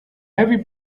heavy